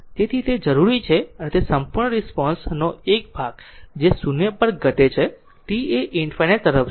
તેથી તેથી તે જરૂરી છે અને તે સંપૂર્ણ રિસ્પોન્સ નો એક ભાગ છે જે 0 પર ઘટે છે t એ ∞ તરફ છે